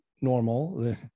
normal